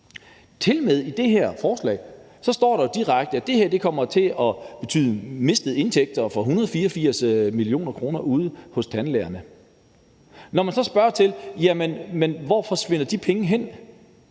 hele. I det her forslag står der tilmed direkte, at det her kommer til at betyde mistede indtægter for 184 mio. kr. ude hos tandlægerne. Man kan så spørge: Hvor forsvinder de penge hen?